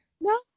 No